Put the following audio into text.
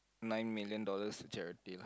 nine million dollars to charity